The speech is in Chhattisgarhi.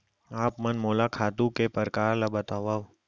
आप मन मोला खातू के प्रकार ल बतावव?